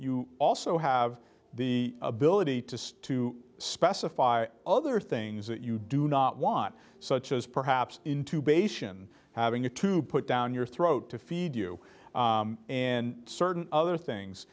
you also have the ability to to specify other things that you do not want such as perhaps intubation having you to put down your throat to feed you and certain other things